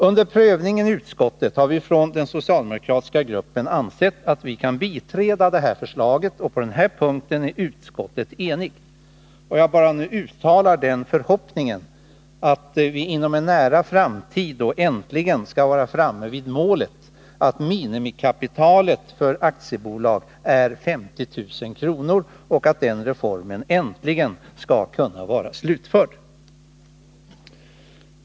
Under prövningen i utskottet har vi från den socialdemokratiska gruppen ansett att vi kan biträda detta förslag, och på denna punkt är utskottet enigt. Jag uttalar nu bara den förhoppningen att vi inom en nära framtid äntligen skall vara framme vid målet att minimikapitalet för aktiebolag är 50 000 kr. och att denna reform äntligen skall kunna vara slutförd.